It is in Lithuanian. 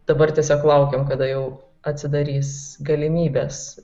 dabar tiesiog laukiam kada jau atsidarys galimybės